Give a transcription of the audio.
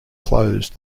closed